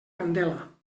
candela